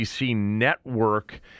network